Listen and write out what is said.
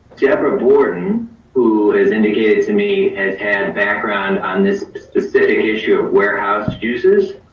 deborah borden who is indicated to me has and background on this specific issue of warehouse uses